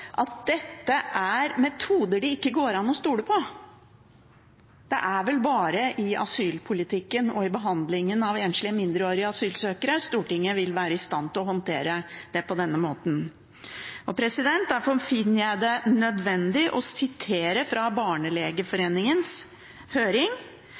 at dette er metoder det ikke går an å stole på. Det er vel bare i asylpolitikken og i behandlingen av enslige mindreårige asylsøkere Stortinget vil være i stand til å håndtere det på denne måten. Derfor finner jeg det nødvendig å